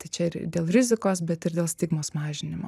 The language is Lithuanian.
tai čia ir dėl rizikos bet ir dėl stigmos mažinimo